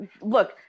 look